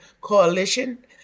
Coalition